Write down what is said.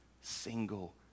single